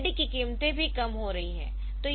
इस LCD की कीमतें भी कम हो रही है